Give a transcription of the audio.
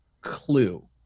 clue